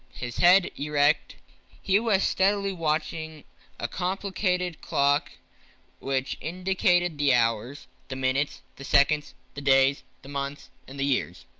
his head erect he was steadily watching a complicated clock which indicated the hours, the minutes, the seconds, the days, the months, and the years.